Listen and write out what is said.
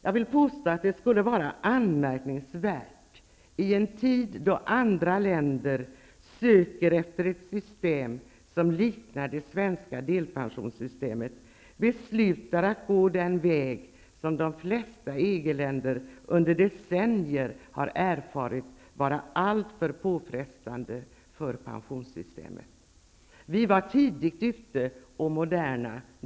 Jag vill påstå att det skulle vara anmärkningsvärt att, i en tid då andra länder söker ett system som liknar det svenska delpensionssystemet, besluta om att gå den väg som de flesta EG-länder under decennier har erfarit vara allför påfrestande för pensionssystemet. Vi var tidigt ute. Vi var moderna.